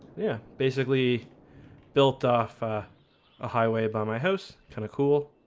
yeah, basically built off a highway by my house kind of cool